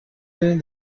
بریم